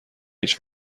هیچ